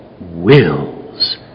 wills